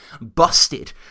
Busted